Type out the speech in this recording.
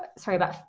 ah sorry about,